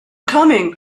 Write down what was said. coming